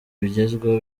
bigezweho